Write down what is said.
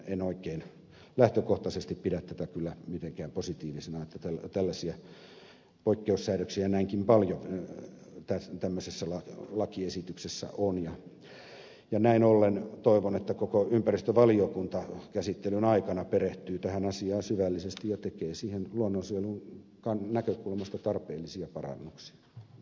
en oikein lähtökohtaisesti pidä tätä kyllä mitenkään positiivisena että tällaisia poikkeussäädöksiä näinkin paljon tämmöisessä lakiesityksessä on ja näin ollen toivon että koko ympäristövaliokunta käsittelyn aikana perehtyy tähän asiaan syvällisesti ja tekee siihen luonnonsuojelun näkökulmasta tarpeellisia parannuksia